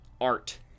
art